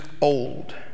old